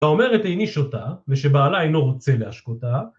‫האומרת איני שותה, ‫ושבעלה אינו רוצה להשקותה